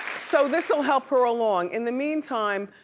so this'll help her along. in the meantime,